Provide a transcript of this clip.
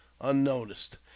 unnoticed